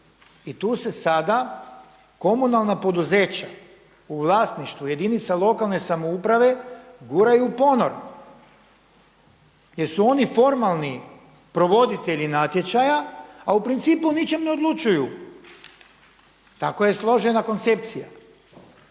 I tu se sada komunalna poduzeća u vlasništvu jedinica lokalne samouprave guraju u ponor, jer su oni formalni provoditelji natječaja a u principu o ničem ne odlučuju. Tako je složena koncepcija.